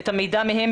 את המידע מהם,